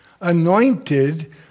Anointed